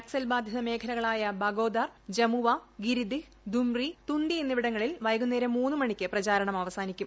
നക്സൽ ബാധിത മേഖലകളായ ബഗോദാർ ജമുവ ഗിരിദിഹ് ദുംറി തുന്ദി എന്നിവിടങ്ങളിൽ വൈകുന്നേരം മൂന്ന് മണിക്ക് പ്രചാരണം അവസാനിക്കും